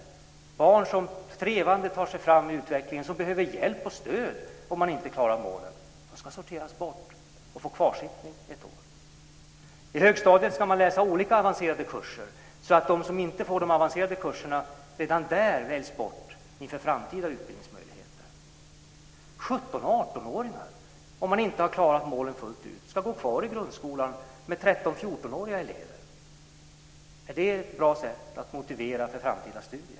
Det är barn som trevande tar sig fram i utvecklingen och som behöver hjälp och stöd om de inte klarar målen, men de ska sorteras bort och få kvarsittning ett år. 17-18-åringar som inte har klarat målen fullt ut ska gå kvar i grundskolan tillsammans med 13-14-åriga elever.